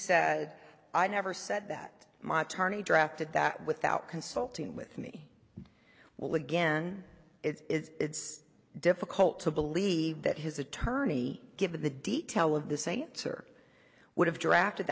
said i never said that my attorney drafted that without consulting with me well again it's difficult to believe that his attorney given the detail of the saints or would have drafted